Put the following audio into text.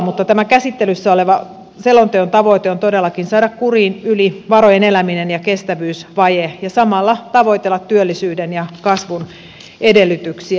mutta tämän käsittelyssä olevan selonteon tavoite on todellakin saada kuriin yli varojen eläminen ja kestävyysvaje ja samalla tavoitella työllisyyden ja kasvun edellytyksiä